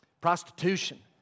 Prostitution